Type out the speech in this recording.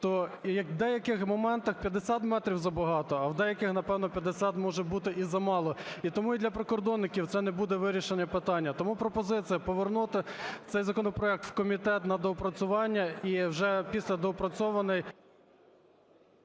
як в деяких моментах і 50 метрів забагато, а в деяких, напевно, 50 може бути і замало. І тому і для прикордонників це не буде вирішенням питання. Тому пропозиція повернути цей законопроект в комітет на доопрацювання і вже після доопрацьований…